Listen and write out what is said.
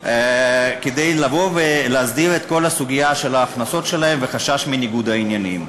כדי לבוא ולהסדיר את כל הסוגיה של ההכנסות שלהם וחשש מניגוד עניינים.